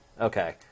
okay